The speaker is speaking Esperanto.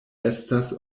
estas